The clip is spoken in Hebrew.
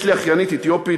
יש לי אחיינית אתיופית,